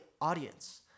audience